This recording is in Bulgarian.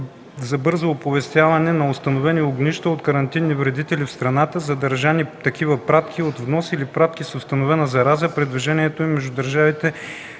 за бързо оповестяване за установени огнища от карантинни вредители в страната, задържани такива пратки от внос или пратки с установена зараза при движението им между държавите